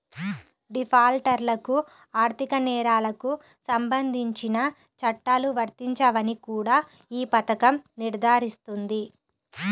డిఫాల్టర్లకు ఆర్థిక నేరాలకు సంబంధించిన చట్టాలు వర్తించవని కూడా ఈ పథకం నిర్ధారిస్తుంది